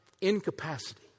incapacity